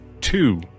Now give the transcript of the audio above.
two